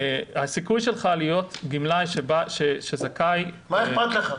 הסיכוי שלך להיות גמלאי שזכאי --- מה אכפת לך?